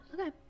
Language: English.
okay